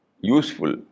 useful